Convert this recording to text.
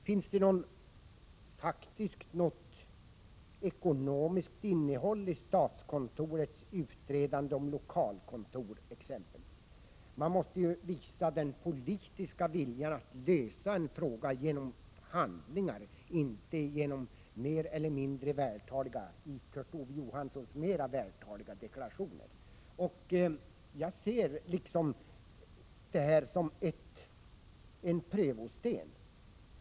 Finns det något faktiskt ekonomiskt innehåll i statskontorets utredande om lokalkontor, exempelvis? Ni måste visa den politiska viljan att lösa frågor genom handlingar, inte genom Kurt Ove Johanssons mer eller mindre vältaliga deklarationer. Jag ser det här som en prövosten.